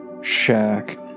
shack